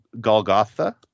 Golgotha